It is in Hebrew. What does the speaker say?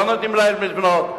לא נותנים להם לבנות,